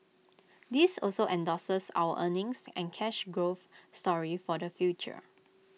this also endorses our earnings and cash growth story for the future